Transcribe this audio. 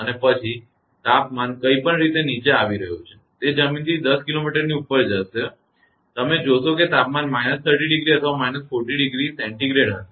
અને તે પછી તાપમાન કંઇપણ રીતે નીચે આવી રહ્યું છે અને તે જમીનથી 10 કિલોમીટરની ઉપર જશે તમે જોશે કે તાપમાન −30° અથવા −40°સે°C હશે